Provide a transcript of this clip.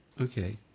Okay